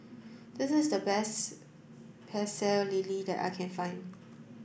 this is the best Pecel Lele that I can find